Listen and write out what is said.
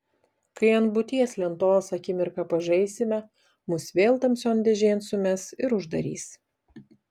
kai ant būties lentos akimirką pažaisime mus vėl tamsion dėžėn sumes ir uždarys